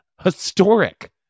historic